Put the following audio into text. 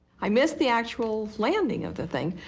i missed the actual landing of the thing.